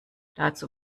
dazu